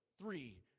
three